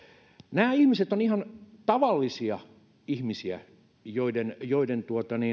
nämä ihmiset ovat ihan tavallisia ihmisiä joiden joiden